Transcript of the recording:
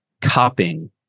copying